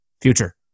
future